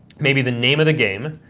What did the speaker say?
maybe the name of the game.